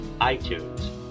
iTunes